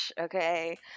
okay